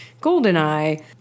GoldenEye